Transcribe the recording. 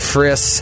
Friss